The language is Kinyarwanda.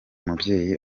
mubyeyi